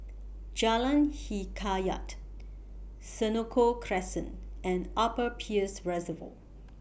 Jalan Hikayat Senoko Crescent and Upper Peirce Reservoir